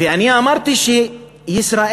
ואני אמרתי שישראל